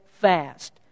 fast